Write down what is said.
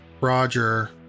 Roger